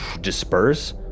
disperse